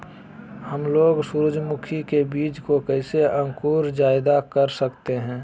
हमलोग सूरजमुखी के बिज की कैसे अंकुर जायदा कर सकते हैं?